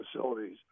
facilities